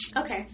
okay